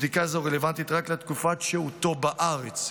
בדיקה זו רלוונטית רק לתקופת שהותו בארץ,